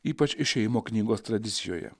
ypač išėjimo knygos tradicijoje